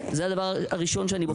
זה הדבר הראשון שאני בוחרת לומר.